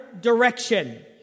direction